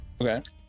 Okay